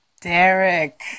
Derek